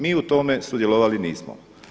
Mi u tome sudjelovali nismo.